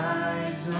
eyes